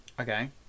Okay